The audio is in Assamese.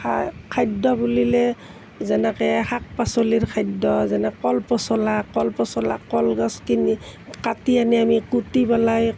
খাদ্য বুলিলে যেনেকৈ শাক পাচলিৰ খাদ্য যেনে কল পচলা কল পচলা কল গছ কিনি কাটি আনি আমি কুটি পেলাই